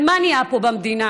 ומה נהיה פה במדינה?